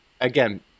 again